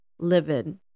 livid